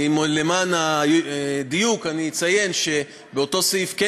למען הדיוק אציין שבאותו סעיף כן